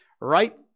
right